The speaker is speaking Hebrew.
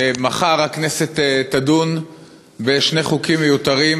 מחר הכנסת תדון בשני חוקים מיותרים,